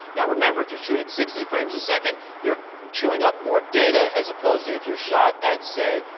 now remember if you shoot at sixty frames a second, you're chewing up more data as opposed to if you shot at, say,